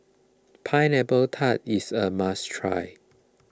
Pineapple Tart is a must try